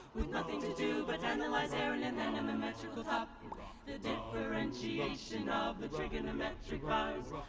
with nothing to do but analyze air in an anemometrical top the differentiation of the trigonometric powers,